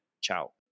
ciao